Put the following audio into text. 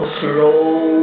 slow